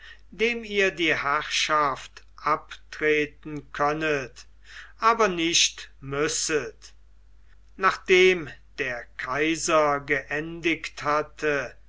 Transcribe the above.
dem ihr die herrschaft abtreten könnet aber nicht müsset nachdem der kaiser geendigt hatte